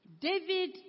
David